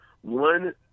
one